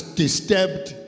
disturbed